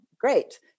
great